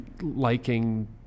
liking